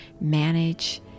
manage